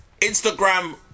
Instagram